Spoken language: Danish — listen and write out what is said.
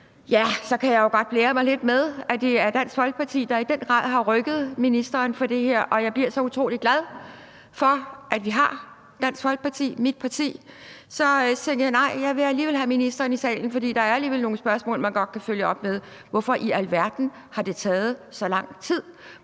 jo sådan set godt blære mig lidt med, at det er Dansk Folkeparti, der i den grad har rykket ministeren for det her. Jeg bliver så utrolig glad for, at vi har Dansk Folkeparti, mit parti, og så tænkte jeg, at jeg alligevel vil have ministeren i salen, for der er alligevel nogle spørgsmål, man godt kan følge op med, altså hvorfor i alverden det har taget så lang tid,